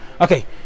Okay